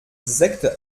sekte